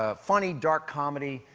ah funny, dark comedy,